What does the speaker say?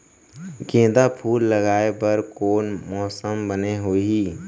गेंदा फूल लगाए बर कोन मौसम बने होही?